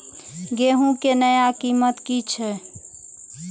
गेहूं के नया कीमत की छे?